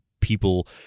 people